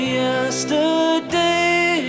yesterday